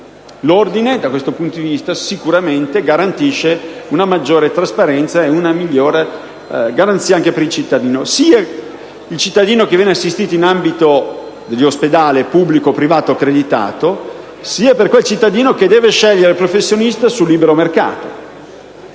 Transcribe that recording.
L'ordine, da questo punto di vista, garantisce una maggiore trasparenza e una migliore garanzia anche per il cittadino, sia per colui che viene assistito nell'ambito di un ospedale pubblico o privato accreditato, sia per chi deve scegliere il professionista sul libero mercato.